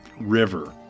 river